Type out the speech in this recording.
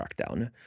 crackdown